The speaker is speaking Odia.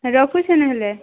ରଖୁଛି ନ ହେଲେ